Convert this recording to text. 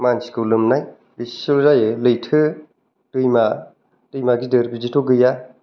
मानसिखौ लोमनाय बिसिल' जायो लैथो दैमा दैमा गिदिर बिदिथ' गैया